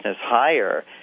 higher